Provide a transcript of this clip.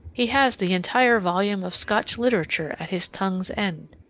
he has the entire volume of scotch literature at his tongue's end.